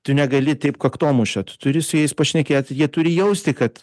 tu negali taip kaktomuša tu turi su jais pašnekėt jie turi jausti kad